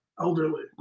elderly